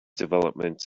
development